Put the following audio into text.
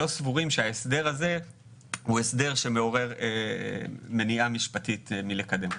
לא סבורים שההסדר הזה הוא הסדר שמעורר מניעה משפטית מלקדם אותו.